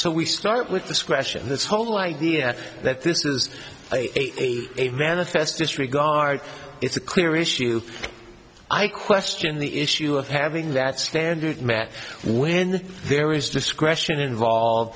so we start with this question this whole idea that this is a manifest disregard it's a clear issue i question the issue of having that standard met when there is discretion involved